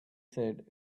said